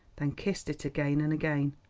then kissed it again and again.